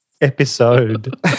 Episode